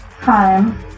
time